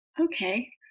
okay